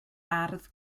ardd